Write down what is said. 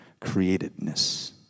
createdness